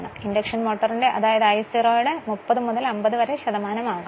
എന്നാൽ ഇൻഡക്ഷൻ മോട്ടോറിൽ അത് I0യുടെ 30 മുതൽ 50 വരെ ശതമാനമാകാം